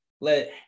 let